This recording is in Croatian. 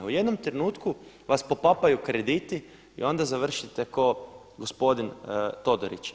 U jednom trenutku vas popapaju krediti i onda završite kao gospodin Todorić.